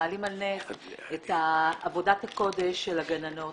מעלים על נס את עבודת הקודש של הגננות.